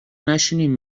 نشینین